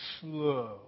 slow